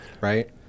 right